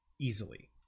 easily